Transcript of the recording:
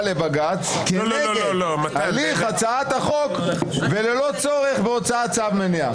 לבג"ץ כנגד הליך הצעת החוק וללא צורך בהוצאת צו מניעה".